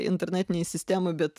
internetinėj sistemoj bet